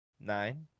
nine